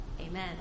Amen